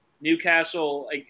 Newcastle